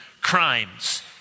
crimes